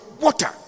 water